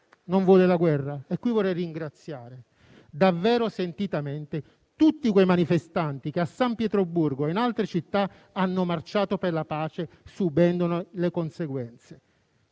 non vuole la guerra e qui vorrei ringraziare davvero sentitamente tutti quei manifestanti che a San Pietroburgo e in altre città hanno marciato per la pace subendone le conseguenze.